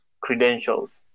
credentials